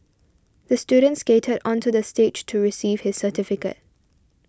the student skated onto the stage to receive his certificate